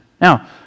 Now